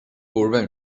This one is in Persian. گربه